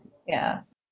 yeah